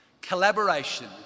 Collaboration